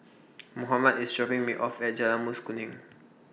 Mohammed IS dropping Me off At Jalan Mas Kuning